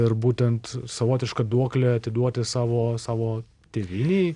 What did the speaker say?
ir būtent savotišką duoklę atiduoti savo savo tėvynei